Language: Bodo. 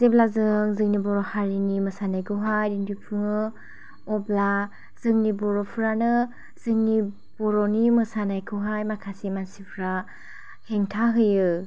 जेब्ला जों जोंनि बर' हारिनि मोसानायखौ हाय दिन्थिफुङो अब्ला जोंनि बर'फोरानो जोंनि बर'नि मोसानायखौ हाय माखासे मानसिफ्रा हेंथा होयो